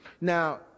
Now